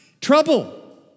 trouble